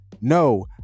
No